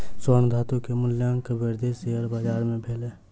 स्वर्ण धातु के मूल्यक वृद्धि शेयर बाजार मे भेल